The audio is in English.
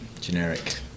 generic